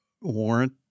warrant